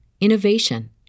innovation